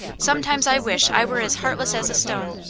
sometimes i wish i were as heartless as a stone.